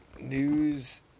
news